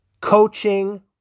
Coaching